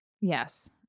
Yes